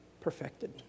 perfected